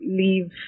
leave